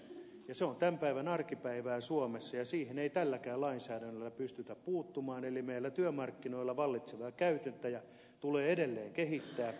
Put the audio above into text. se on tämän päivän arkipäivää suomessa ja siihen ei tälläkään lainsäädännöllä pystytä puuttumaan eli meillä työmarkkinoilla vallitsevia käytäntöjä tulee edelleen kehittää